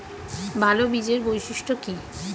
ভাল বীজের বৈশিষ্ট্য কী?